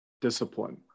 discipline